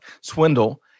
Swindle